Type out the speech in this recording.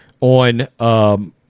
on